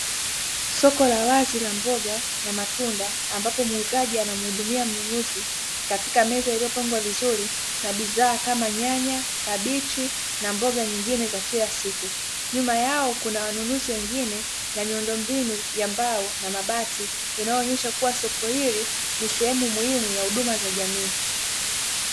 Soko la wazi la mboga na matunda ambapo muuzaji ana muhudumia mnunuzi katika meza, iliyopangwa vizuri bidhaa kama nyanya kabichi na mboga nyingine za kila siku na nyuma yao kuna wanunuzi wengine na miundo mbinu ya mbao na mabati inayoonyesha soko hili ni sehemu muhimu ya huduma kwa jamii.